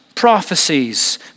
prophecies